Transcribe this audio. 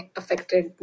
affected